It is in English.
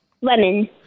Lemon